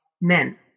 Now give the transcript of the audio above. men